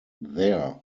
their